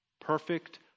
Perfect